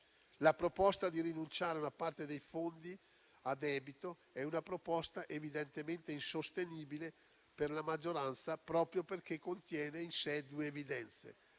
La proposta di rinunciare a una parte dei fondi a debito è evidentemente insostenibile per la maggioranza, proprio perché contiene in sé due evidenze: